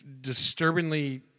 disturbingly